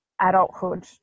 adulthood